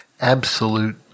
absolute